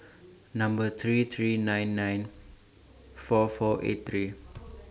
Number three three nine nine four four eight three